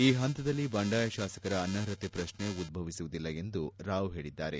ಈ ಹಂತದಲ್ಲಿ ಬಂಡಾಯ ಶಾಸಕರ ಅನರ್ಹತೆ ಪ್ರತ್ನೆ ಉದ್ದವಿಸುವುದಿಲ್ಲ ಎಂದು ರಾವ್ ಹೇಳಿದ್ದಾರೆ